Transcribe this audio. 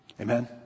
Amen